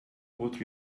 what